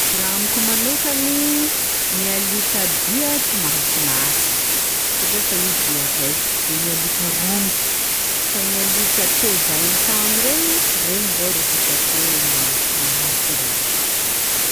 Raha amiko manokany gny alikadia tsy mahafinaritsy, satria efa i dia zay, de gny alika romotsy, fa gny alika tezay an-tragno regny, regny zao rô hitako hoe mahafinaritsy iregny.